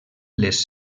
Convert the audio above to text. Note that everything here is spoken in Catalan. les